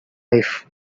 life